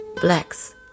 blacks